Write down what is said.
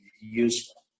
useful